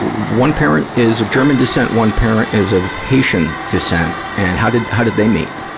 one parent is of german descent one parent is of haitian descent. and how did, how did they meet?